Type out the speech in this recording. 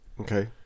Okay